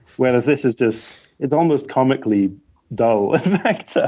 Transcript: whereas this is just it's almost comically dull, in fact. but